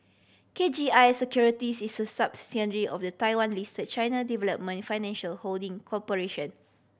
K G I Securities is a subsidiary of the Taiwan list China Development Financial Holding Corporation